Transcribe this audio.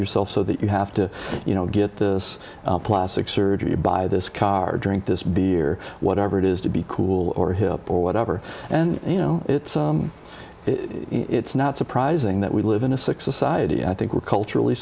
yourself so that you have to you know get this plastic surgery or buy this car drink this beer whatever it is to be cool or hip or whatever and you know it's it's not surprising that we live in a sick society i think we're culturally